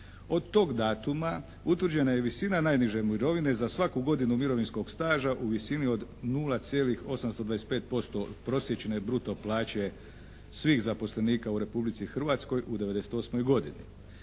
Od tog datuma utvrđena je i visina najniže mirovine za svaku godinu mirovinskog staža u visini od 0,825% od prosječne bruto plaće svih zaposlenika u Republici Hrvatskoj u '98. godini.